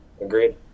agreed